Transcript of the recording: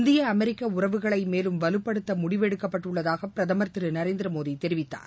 இந்திய அமெரிக்க உறவுகளை மேலும் வலுப்படுத்த முடிவு எடுக்கப்பட்டுள்ளதாக பிரதமர் திரு நரேந்திர மோடி தெரிவித்தார்